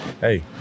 hey